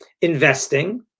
investing